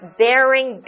bearing